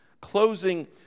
closing